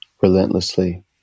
relentlessly